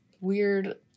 weird